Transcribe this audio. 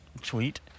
tweet